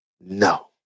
No